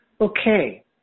Okay